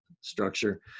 structure